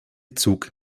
zug